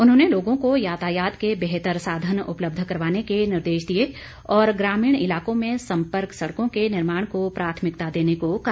उन्होंने लोगों को यातायात के बेहतर साधन उपलब्ध करवाने के निर्देश दिए और ग्रामीण इलाकों में सम्पर्क सड़कों के निर्माण को प्राथमिकता देने को कहा